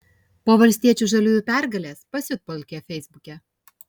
po valstiečių žaliųjų pergalės pasiutpolkė feisbuke